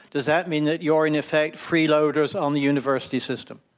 does that mean that you are, in effect, freeloaders on the university system?